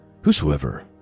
whosoever